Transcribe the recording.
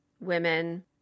women